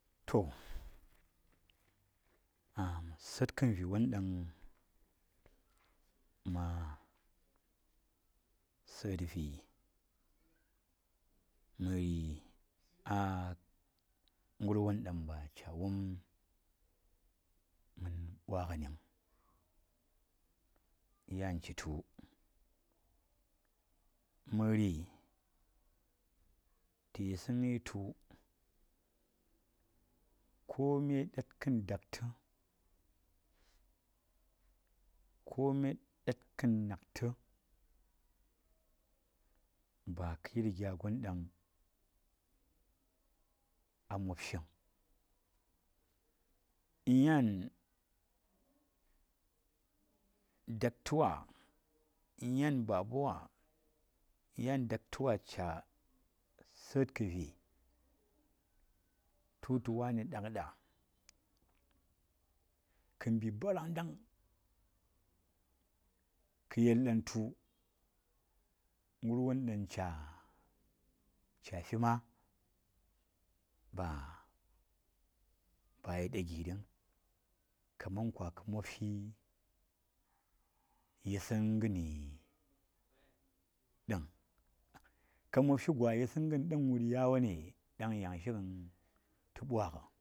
﻿To satkan vi wanɗan ma sat vit mari a garwanɗan ba cha wum man ɓwagani vung yan chi tu, mari ta yisagai tu komai ɗatkan, dakta, komai ɗatkan nakta ba kayir gyagon ɗan a mopshi vung, in yan ɗaktawa, in yan babawa, in yan daktawa cha satka vi ta wultu wani ɗakɗa ka bi barandang ko yel ɗantu garwan ɗan cha fi ma ba yiɗa giri vung kamar ka mopshi yisangani ɗang ka mopshi gwa yisangani ɗang wuri yawan ne? Dan yanashi gan ta bwaga.